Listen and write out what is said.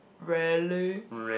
really